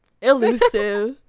Elusive